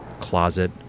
closet